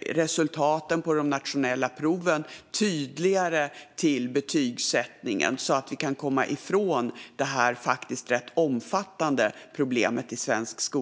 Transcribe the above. resultaten på de nationella proven tydligare till betygssättningen så att vi kan komma ifrån det här faktiskt rätt omfattande problemet i svensk skola.